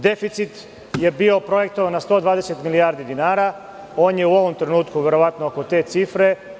Deficit je bio projektovan na 120 milijardi dinara, on je u ovom trenutku verovatno oko te cifre.